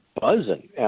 buzzing